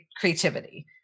creativity